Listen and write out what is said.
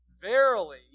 Verily